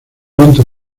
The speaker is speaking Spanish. viento